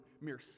mere